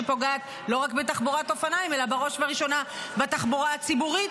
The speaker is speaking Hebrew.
שפוגעת לא רק בתחבורת אופניים אלא בראש ובראשונה בתחבורה הציבורית,